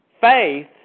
Faith